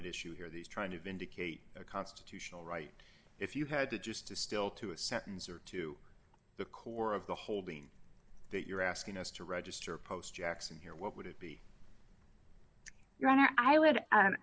t issue here these trying to vindicate the constitutional right if you had to just to still to a sentence or to the core of the holding that you're asking us to register post jackson here what would it be